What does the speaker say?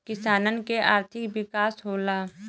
किसानन के आर्थिक विकास होला